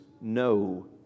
no